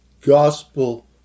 gospel